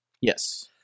Yes